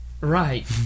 Right